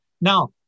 Now